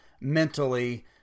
mentally